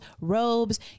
robes